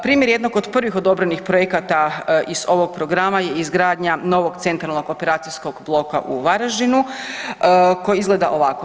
Primjer jednog od prvih odobrenih projekata iz ovog programa je izgradnja novog centralnog operacijskog bloka u Varaždinu koji izgleda ovako.